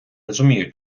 розумію